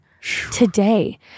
today